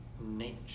nature